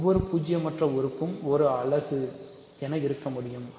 ஒவ்வொரு பூஜ்ஜியமற்ற உறுப்பு ஒரு அலகு இருக்க முடியும்